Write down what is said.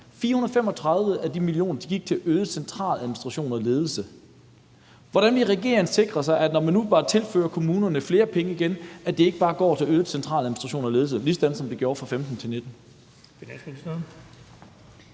kr. af dem gik til øget centraladministration og ledelse. Hvordan vil regeringen sikre sig, når man nu igen tilfører kommunerne flere penge, at det ikke bare går til øget centraladministration og ledelse, ligesom det gjorde fra 2015 til 2019?